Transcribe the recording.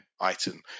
item